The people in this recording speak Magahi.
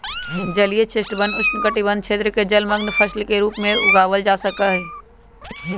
जलीय चेस्टनट उष्णकटिबंध क्षेत्र में जलमंग्न फसल के रूप में उगावल जा सका हई